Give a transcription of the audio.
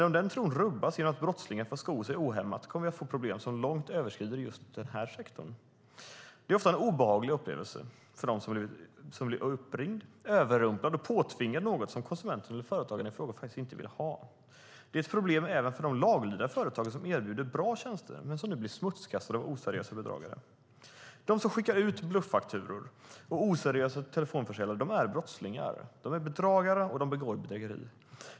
Om den tron rubbas genom att brottslingar får sko sig ohämmat kommer vi att få problem som långt överskrider den sektorn. Det är ofta en obehaglig upplevelse för den som blir uppringd, överrumplad och påtvingad något som konsumenten eller företagaren i fråga inte vill ha. Det är ett problem även för de laglydiga företag som erbjuder bra tjänster men som nu blir smutskastade av oseriösa bedragare. De som skickar ut bluffakturor och oseriösa telefonförsäljare är brottslingar. De är bedragare som begår bedrägeri.